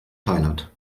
thailand